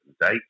date